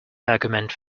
argument